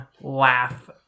laugh